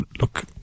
look